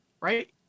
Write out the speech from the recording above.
right